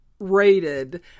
rated